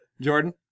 jordan